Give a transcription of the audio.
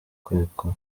ukekwa